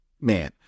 man